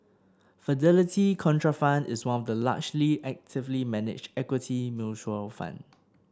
Fidelity Contrafund is one of the largely actively managed equity mutual fund